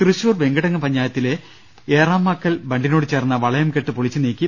തൃശൂർ വെങ്കിടങ്ങ് പഞ്ചായത്തിലെ ഏറാമാക്കൽ ബണ്ടിനോട് ചേർന്ന വളയം കെട്ട് പൊളിച്ചു നീക്കി